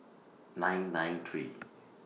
nine nine three